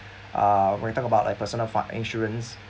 uh when you talk about a personal fi~ insurance